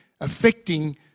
affecting